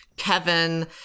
Kevin